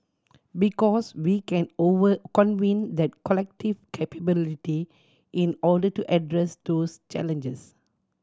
because we can over convene that collective capability in order to address those challenges